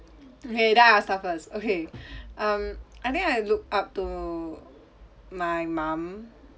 okay then I'll start first okay um I think I look up to my mum